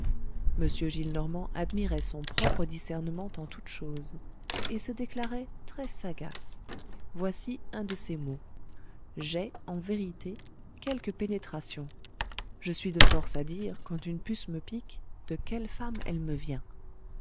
m gillenormand admirait son propre discernement en toute chose et se déclarait très sagace voici un de ses mots j'ai en vérité quelque pénétration je suis de force à dire quand une puce me pique de quelle femme elle me vient